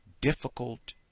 difficult